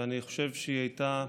ואני חושב שהיא הייתה,